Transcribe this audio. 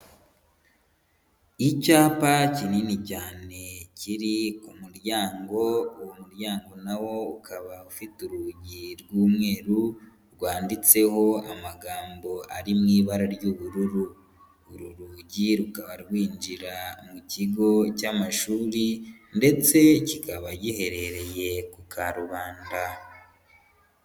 Icyapa kinini cyane, kiri ku muryango, uwo muryango nawo ukaba ufite urugi rw'umweru, rwanditseho amagambo ari mu ibara ry'ubururu, uru rugi rukaba rwinjira mu kigo cy'amashuri, ndetse kikaba giherereye ku Karubanda.